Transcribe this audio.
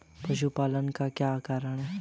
पशुपालन का क्या कारण है?